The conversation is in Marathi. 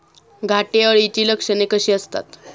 घाटे अळीची लक्षणे कशी असतात?